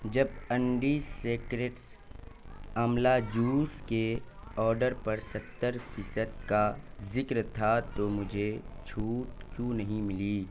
جب Indie Secrets amla juice کے order پر ستّر فیصد کا ذکر تھا تو مجھے چھوٹ کیوں نہیں ملی